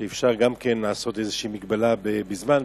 אפשר גם לעשות איזו מגבלה בזמן,